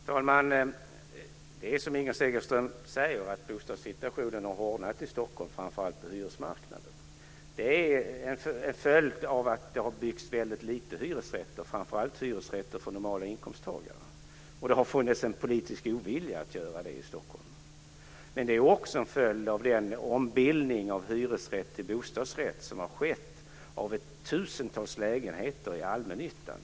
Fru talman! Det är så som Inger Segelström säger att bostadssituationen i Stockholm har hårdnat, framför allt på hyresmarknaden. Det är en följd av att det har byggts väldigt lite hyresrätter, framför allt hyresrätter för normala inkomsttagare. Det har också funnits en politisk ovilja att göra det i Stockholm. Det är också en följd av den ombildning från hyresrätt till bostadsrätt som har skett av tusentals lägenheter i allmännyttan.